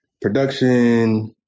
production